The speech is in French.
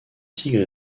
tigre